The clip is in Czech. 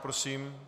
Prosím.